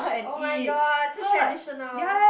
oh-my-god so traditional